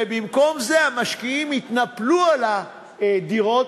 ובמקום זה המשקיעים יתנפלו על הדירות,